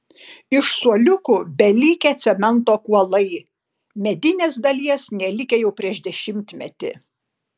iš suoliukų belikę cemento kuolai medinės dalies nelikę jau prieš dešimtmetį